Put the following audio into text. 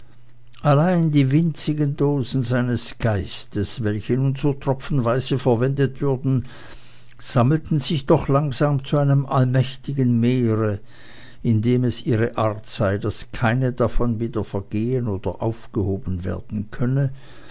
allein die winzigen dosen seines geistes welche nun so tropfenweise verwendet würden sammelten sich doch langsam zu einem allmächtigen meere indem es ihre art sei daß keine davon wieder vergehen oder aufgehoben werden könne